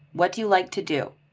what do you like to do?